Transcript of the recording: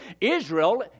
Israel